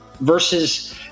versus